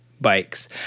Bikes